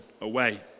away